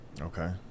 Okay